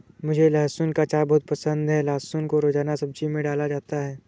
मुझे लहसुन का अचार बहुत पसंद है लहसुन को रोजाना सब्जी में डाला जाता है